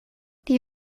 die